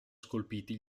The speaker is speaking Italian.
scolpiti